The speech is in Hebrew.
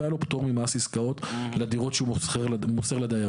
והיה לו פטור ממס עסקאות על הדירות שהוא מוסר לדיירים.